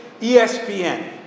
ESPN